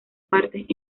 partes